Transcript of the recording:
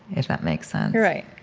if that makes sense right.